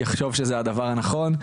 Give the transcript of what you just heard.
יחשוב שזה דבר הנכון.